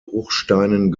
bruchsteinen